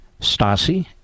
Stasi